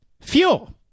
Fuel